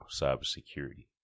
cybersecurity